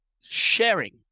sharing